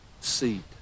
seat